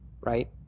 Right